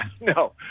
no